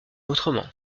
autrement